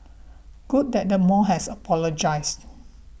good that the mall has apologised